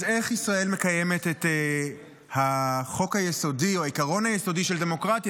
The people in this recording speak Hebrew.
אז איך ישראל מקיימת את החוק היסודי או העיקרון היסודי של דמוקרטיה,